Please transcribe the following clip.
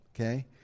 okay